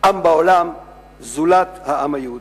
עם בעולם זולת העם היהודי.